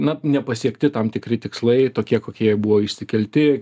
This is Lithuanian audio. na nepasiekti tam tikri tikslai tokie kokie jie buvo išsikelti